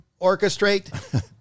orchestrate